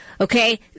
Okay